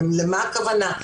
מה הכוונה.